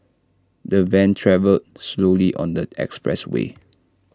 the van travelled slowly on the expressway